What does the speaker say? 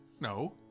No